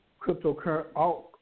cryptocurrency